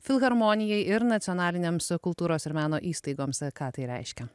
filharmonijai ir nacionalinėms kultūros ir meno įstaigoms ką tai reiškia